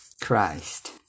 Christ